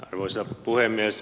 arvoisa puhemies